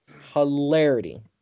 hilarity